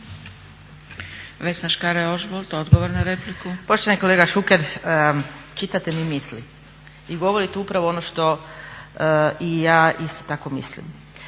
**Škare Ožbolt, Vesna (DC)** Poštovani kolega Šuker čitate mi misli i govorite upravo ono što i ja isto tako mislim.